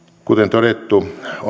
todettu on sotilaallisen uhkatilanteen